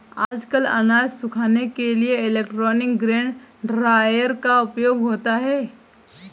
आजकल अनाज सुखाने के लिए इलेक्ट्रॉनिक ग्रेन ड्रॉयर का उपयोग होता है